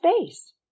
space